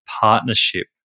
partnership